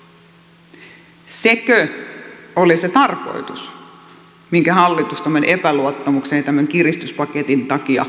sekö oli se tarkoitus minkä hallitus tämän epäluottamuksen ja tämän kiristyspaketin takia halusi